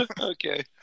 Okay